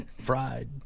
fried